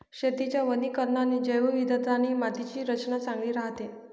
शेतीच्या वनीकरणाने जैवविविधता आणि मातीची रचना चांगली राहते